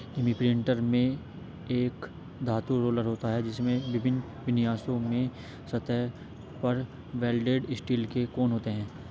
imprinter में एक धातु रोलर होता है, जिसमें विभिन्न विन्यासों में सतह पर वेल्डेड स्टील के कोण होते हैं